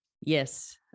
yes